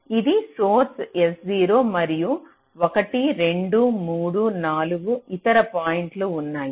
ఇది source S0 మరియు 1 2 3 4 ఇతర పాయింట్లు ఉన్నాయి